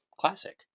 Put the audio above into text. classic